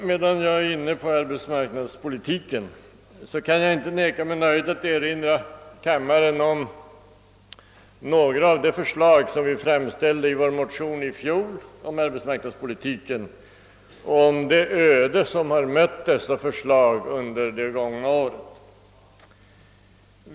Medan jag är inne på arbetsmarknadspolitiken kan jag inte neka mig nöjet att erinra kammaren om några av de förslag som vi framställde i vår motion om arbetsmarknadspolitiken i fjol och om det öde som mött dessa förslag under det gångna året.